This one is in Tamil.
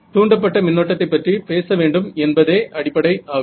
தூண்டப்பட்ட மின்னோட்டத்தை பற்றி பேச வேண்டும் என்பதை அடிப்படை ஆகும்